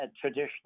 traditional